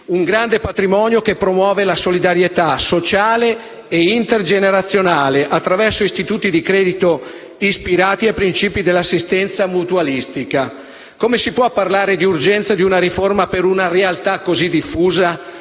un grande patrimonio che promuove la solidarietà, sociale e intergenerazionale, attraverso istituti di credito ispirati ai principi dell'assistenza mutualistica. Come si può parlare di urgenza di una riforma per una realtà così diffusa?